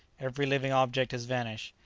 every living object has vanished.